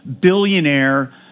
billionaire